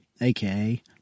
aka